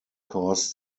caused